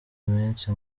minsi